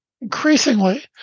increasingly